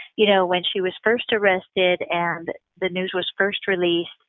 you know when she was first arrested and that the news was first released,